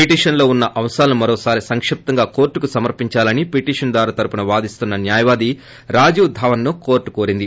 పీటిషన్లో వున్న అంశాలను మరోసారి సంక్షిప్తంగా కోర్లుకు సమర్పిందాలనీ పిటిషన్దారు తరఫున వాదిస్తున్న న్యాయవాది కోర్ట్ రాజీవ్ ధావన్ను కోరింది